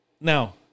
Now